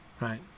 right